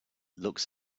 looks